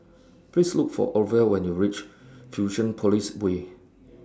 Please Look For Orvel when YOU REACH Fusionopolis Way